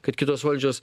kad kitos valdžios